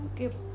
Okay